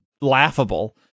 laughable